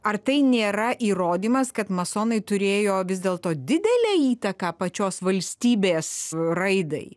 ar tai nėra įrodymas kad masonai turėjo vis dėlto didelę įtaką pačios valstybės raidai